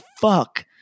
fuck